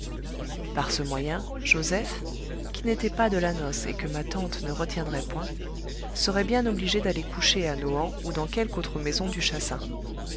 par ce moyen joseph qui n'était pas de la noce et que ma tante ne retiendrait point serait bien obligé d'aller coucher à nohant ou dans quelque autre maison du chassin